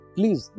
Please